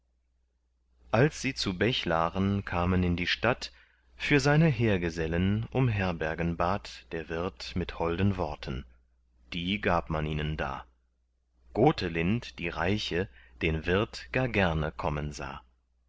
als sie zu bechlaren kamen in die stadt für seine heergesellen um herbergen bat der wirt mit holden worten die gab man ihnen da gotelind die reiche den wirt gar gerne kommen sah